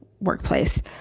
workplace